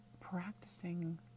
practicing